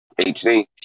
hd